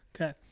okay